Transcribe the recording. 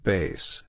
Base